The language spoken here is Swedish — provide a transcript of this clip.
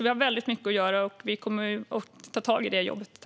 Vi har väldigt mycket att göra och kommer att ta tag i det jobbet.